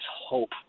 hope